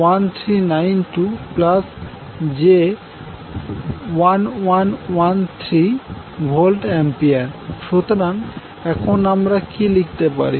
SL3Ip2Zp368121281∠3866° 1782∠3866°1392j1113VA সুতরাং এখন আমরা কি লিখতে পারি